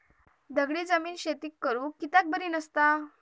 दगडी जमीन शेती करुक कित्याक बरी नसता?